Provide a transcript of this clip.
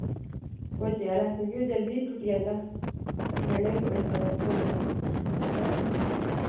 भुर्जे आह्ला इ'यो जल्दी टुट्टी जंदा हत्था कन्नै बी तोड़ी सकदा उस्सी बंदा हां